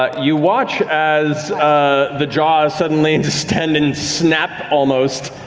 ah you watch as ah the jaws suddenly distend and snap, almost,